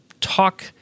talk